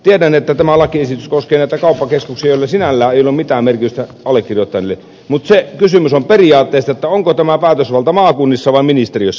tiedän että tämä lakiesitys koskee näitä kauppakeskuksia joilla sinällään ei ole mitään merkitystä allekirjoittaneelle mutta kysymys on periaatteesta onko tämä päätösvalta maakunnissa vai ministeriössä